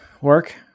Work